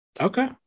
Okay